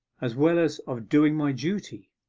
as well as of doing my duty,